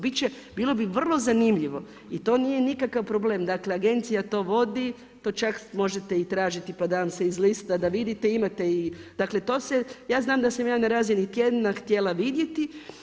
Bilo bi vrlo zanimljivo i to nije nikakav problem, dakle agencija to vodi, to čak možete i tražiti pa da vam se izlista da vidite, imate i, dakle to se, ja znam da sam ja na razini tjedna htjela vidjeti.